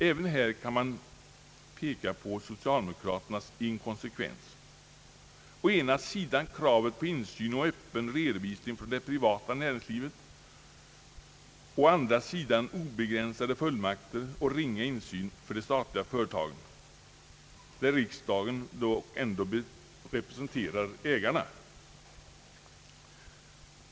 även här kan man peka på socialdemokraternas inkonsekvens; å ena sidan kravet på insyn och öppen redovisning från det privata näringslivet, å andra sidan obegränsade fullmakter och ringa insyn för de statliga företagen, där riksdagen ändå representerar ägarna.